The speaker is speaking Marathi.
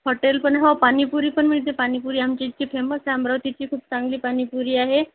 हॉटेल पण हो पाणीपुरी पण मिळते पाणीपुरी आमच्या इथची फेमस आहे अमरावतीची खूप चांगली पाणीपुरी आहे